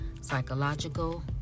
psychological